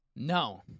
No